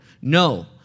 No